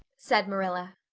said marilla.